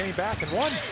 back and won.